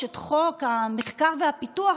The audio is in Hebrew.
יש את חוק המחקר והפיתוח.